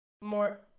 more